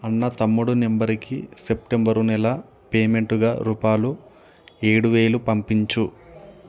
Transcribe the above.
అన్న తమ్ముడు నంబరుకి సెప్టెంబరు నెల పేమెంటుగా రూపాలు ఏడువేలు పంపించు